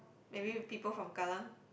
maybe people from kallang